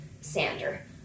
sander